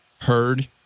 heard